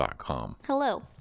Hello